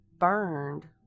burned